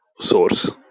Source